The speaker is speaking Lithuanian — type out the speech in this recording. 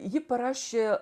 ji parašė